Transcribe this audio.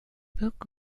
book